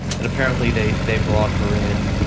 and apparently they they brought her in